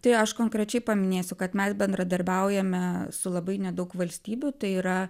tai aš konkrečiai paminėsiu kad mes bendradarbiaujame su labai nedaug valstybių tai yra